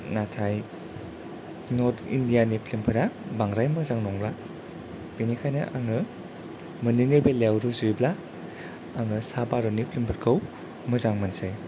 नाथाय north India नि फिल्मफोरा बांद्राय मोजा नंला बेनिखायनो आङो मोननैनि बेलायाव रुजुयोब्ला आङो सा भारतनि फिल्म फोरखौ मोजां मोनसै